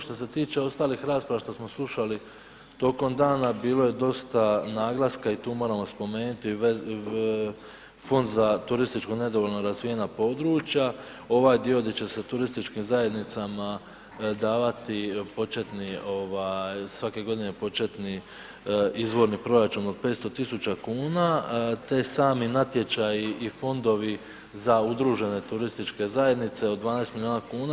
Što se tiče ostalih rasprava što smo slušali tijekom dana, bilo je dosta naglaska i tu moramo spomenuti Fond za turistička nedovoljno razvijena područja, ovaj dio gdje će se turističkim zajednicama davati početni svake godine početni izvorni proračun od 500 tisuća kuna te sami natječaji i fondovi za udružene turističke zajednice od 12 milijuna kuna.